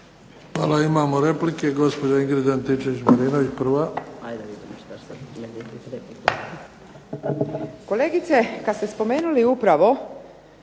Hvala. Imamo replike. Gospođa Ingrid Antičević Marinović, prva.